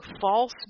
false